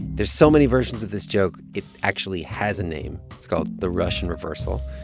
there's so many versions of this joke, it actually has a name. it's called the russian reversal.